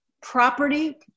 property